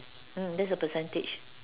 mm that's the percentage